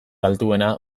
altuena